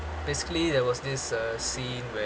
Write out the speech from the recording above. basically there was this uh scene where